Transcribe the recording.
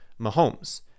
Mahomes